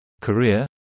career